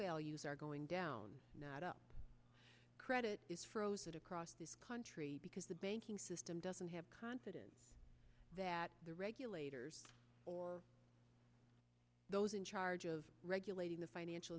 values are going down not up credit is frozen across this country because the banking system doesn't have confidence that the regulators or those in charge of regulating the financial